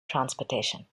transportation